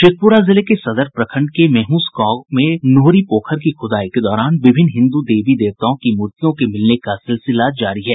शेखपुरा जिले के सदर प्रखण्ड के मेहुंस गांव में नोहरी पोखर की खुदाई के दौरान विभिन्न हिंदू देवी देवताओं की मूर्तियों के मिलने का सिलसिला जारी है